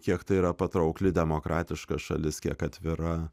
kiek tai yra patraukliai demokratiška šalis kiek atvira